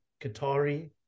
Qatari